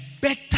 better